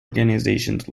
organizations